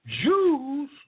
Jews